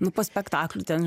nu po spektaklių ten